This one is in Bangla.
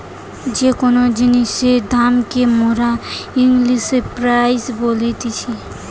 যে কোন জিনিসের দাম কে মোরা ইংলিশে প্রাইস বলতিছি